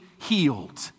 healed